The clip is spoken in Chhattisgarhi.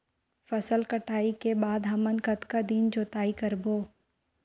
फसल कटाई के बाद हमन कतका दिन जोताई करबो?